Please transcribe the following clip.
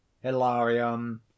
hilarion